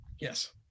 Yes